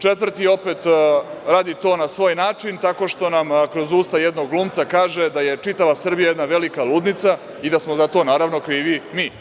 Četvrti, opet, radi to na svoj način tako što nam kroz usta jednog glumca kaže da je čitava Srbija jedna velika ludnica i da smo za to, naravno, krivi mi.